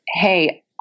hey